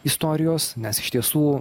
istorijos nes iš tiesų